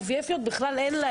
למטופלות IVF בכלל אין.